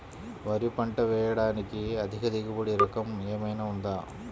వరి పంట వేయటానికి అధిక దిగుబడి రకం ఏమయినా ఉందా?